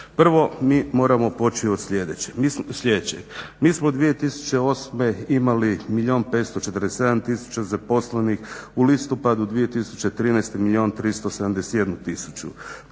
Prvo mi moramo poći od sljedećeg. Mi smo 2008.imali milijun 547 zaposlenih, u listopadu 2013. milijun